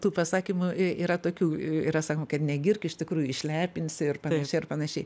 tų pasakymų yra tokių yra sakoma kad negirk iš tikrųjų išlepinsi ir panašiai ir panašiai